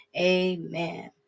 amen